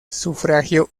sufragio